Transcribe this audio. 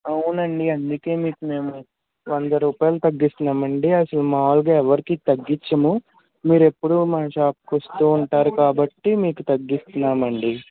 అవునండి అందుకే మీకు మేము వంద రూపాయలు తగ్గిస్తున్నామండీ అసలు మాములుగా ఎవ్వరికీ తగ్గించము మీరు ఎప్పుడు మా షాప్కి వస్తూ ఉంటారు కాబట్టి మీకు తగ్గిస్తున్నామండీ